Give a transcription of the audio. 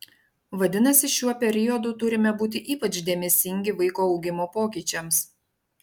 vadinasi šiuo periodu turime būti ypač dėmesingi vaiko augimo pokyčiams